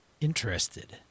interested